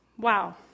Wow